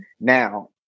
Now